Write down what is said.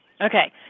Okay